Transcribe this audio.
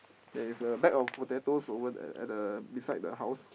there is a bag of potatoes over there at the beside the house